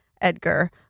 edgar